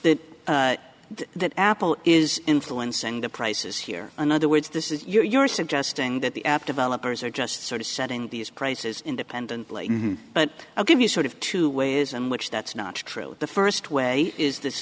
that that apple is influencing the prices here in other words this is you're suggesting that the app developers are just sort of setting these prices independently but i'll give you sort of two ways in which that's not true the first way is this